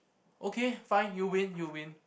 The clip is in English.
okay fine you win you win